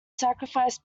sacrificed